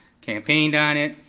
campaigned on it.